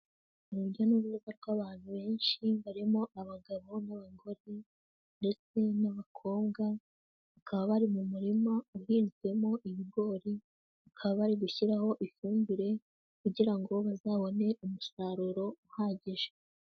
Urujya n'urubuza rw'abantu benshi, barimo abagabo n'abagore ndetse n'abakobwa bakaba bari mu murima uhinzwemo ibigori, bakaba bari gushyiraho ifumbire, kugira ngo bazabone umusaruro uhagije.